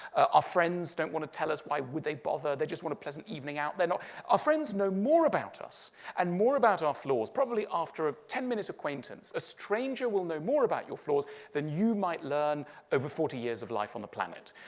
ah friends don't want to tell us. why would they bother? they just want a pleasant evening out. our friends know more about us and more about our flaws. probably after ah ten minutes' acquaintance, a stranger will know more about your flaws than you might learn over forty years of life on the planet.